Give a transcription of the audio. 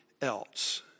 else